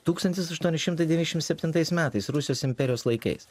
tūkstantis aštuoni šimtai devyniasdešim septintais metais rusijos imperijos laikais